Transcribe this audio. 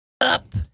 up